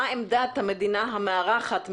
מה עמדת המדינה המארחת,